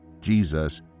Jesus